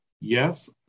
Yes